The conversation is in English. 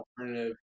alternative